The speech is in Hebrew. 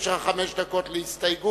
יש לך חמש דקות להסתייגות.